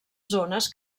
zones